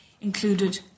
included